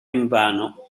invano